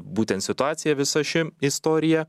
būtent situaciją visa ši istorija